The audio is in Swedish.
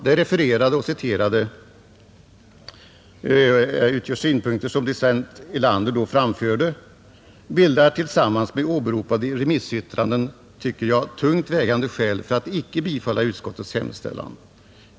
Dessa refererade — och citerade — synpunkter av docent Erlander bildar tillsammans med åberopade remissyttranden tungt vägande skäl för att icke bifalla utskottets hemställan.